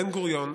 בן-גוריון,